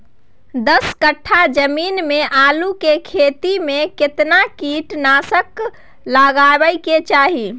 दस कट्ठा जमीन में आलू के खेती म केतना कीट नासक लगबै के चाही?